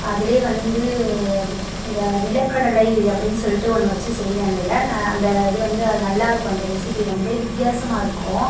அதிலே வந்து அந்த நிலக்கடலை அப்படின்னு சொல்லிட்டு ஒன்று வச்சு செய்வேன் அதில் நான் அந்த இது வந்து அது நல்லா இருக்கும் அந்த ரெசிபி வந்து வித்தியாசமாக இருக்கும்